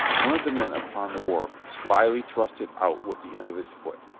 one of the men upon the wharf slyly thrust it out with the end of his foot.